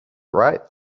right